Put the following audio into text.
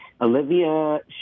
Olivia